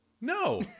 No